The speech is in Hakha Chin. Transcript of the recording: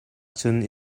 cun